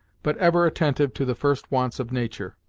but ever attentive to the first wants of nature.